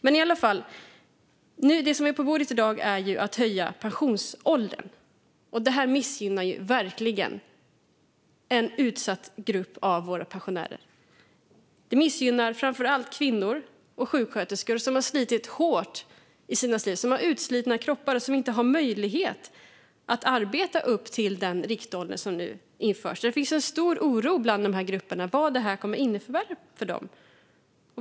Det förslag som ligger på bordet i dag är att höja pensionsåldern. Det missgynnar verkligen en utsatt grupp hos våra pensionärer. Det missgynnar framför allt kvinnor och sjuksköterskor, som har slitit hårt, som har utslitna kroppar och som inte har möjlighet att arbeta upp till den riktålder som nu införs. Det finns en stor oro bland dessa grupper för vad detta kommer att innebära för dem.